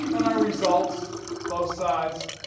and our results both sides,